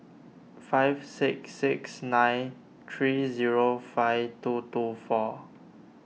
five six six nine three zero five two two four